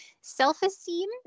self-esteem